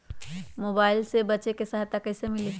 Mobile से बेचे में सहायता कईसे मिली?